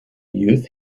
youth